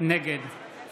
נגד שלי